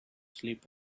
sleep